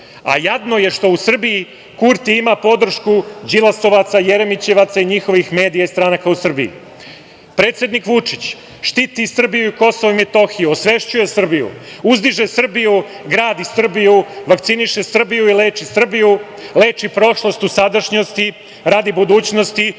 Jadno je što u Srbiji Kurti ima podršku Đilasovaca, Jeremićevaca i njihovih medija i stranaka u Srbiji. Predsednik Vučić štiti Srbiju i KiM, osvešćuje Srbiju, uzdiže Srbiju, gradi Srbiju, vakciniše Srbiju i leči Srbiju, leči prošlost u sadašnjosti radi budućnosti.